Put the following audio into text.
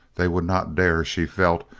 they would not dare, she felt,